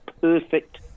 perfect